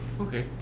Okay